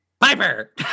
Piper